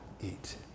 eat